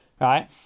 right